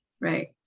right